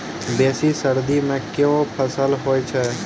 बेसी सर्दी मे केँ फसल होइ छै?